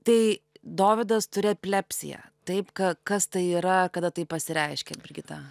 tai dovydas turi eplepsiją taip ka kas tai yra kada tai pasireiškė brigita